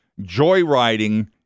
joyriding